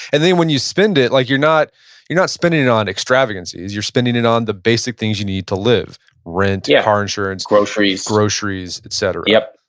and then when you spend it, like, you're not you're not spending it on extravagance, is you're spending it on the basic things you need to live, rent yeah car insurance groceries groceries, etcetera yep.